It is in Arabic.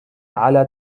على